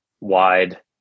wide